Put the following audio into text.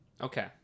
Okay